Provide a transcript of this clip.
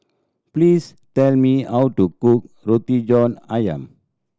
please tell me how to cook Roti John Ayam